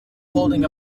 holding